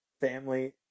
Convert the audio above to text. Family